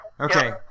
Okay